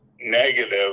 negative